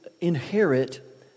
inherit